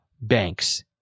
banks